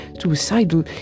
suicidal